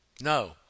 No